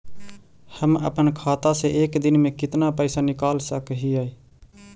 हम अपन खाता से एक दिन में कितना पैसा निकाल सक हिय?